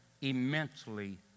immensely